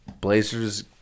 Blazers